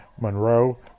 Monroe